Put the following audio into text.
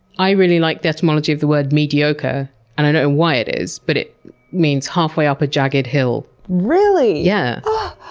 i really like the etymology of the word mediocre and i don't know why it is, but it means halfway up a jagged hill really? yeah.